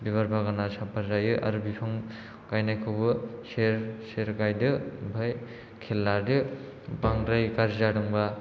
बिबार बागाना साफा जायो आरो बिफां गायनायखौबो सेर सेर गायदो आमफाय खेल लादो बांद्राय गारजि जादोंबा